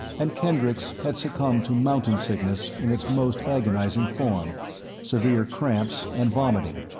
and kendricks had succumbed to mountain-sickness in its most agonizing form severe cramps and vomiting.